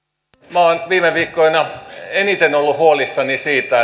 minä olen viime viikkoina ollut eniten huolissani siitä